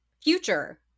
future